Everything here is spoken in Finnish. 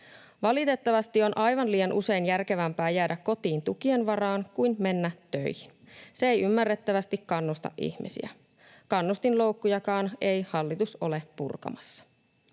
Valitettavasti on aivan liian usein järkevämpää jäädä kotiin tukien varaan kuin mennä töihin. Se ei ymmärrettävästi kannusta ihmisiä. Kannustinloukkujakaan ei hallitus ole purkamassa.